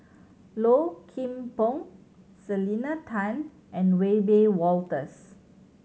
Low Kim Pong Selena Tan and Wiebe Wolters